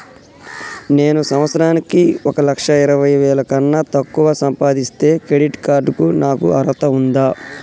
నేను సంవత్సరానికి ఒక లక్ష ఇరవై వేల కన్నా తక్కువ సంపాదిస్తే క్రెడిట్ కార్డ్ కు నాకు అర్హత ఉందా?